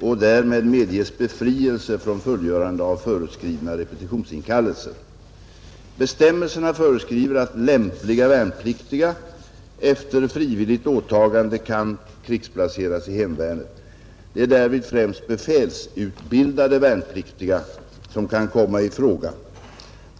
och därmed medges befrielse från fullgörande av föreskrivna repetitionsinkallelser. Bestämmelserna föreskriver att lämpliga värnpliktiga efter frivilligt åtagande kan krigsplaceras i hemvärnet. Det är därvid främst befälsutbildade värnpliktiga som kan komma i fråga.